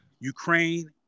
Ukraine